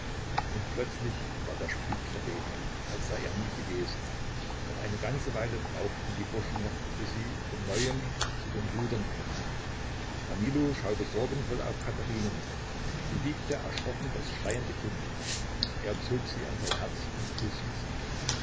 und plötzlich war der spuk verweht als sei er nie gewesen doch eine ganze weile brauchten die burschen noch bis sie von neuem zu den rudern griffen danilo schaute sorgenvoll auf katherinen sie wiegte erschrocken das schreiende kind er zog sie an sein herz und küßte sie